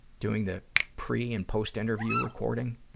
doing the pre and post-interview recording.